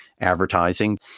advertising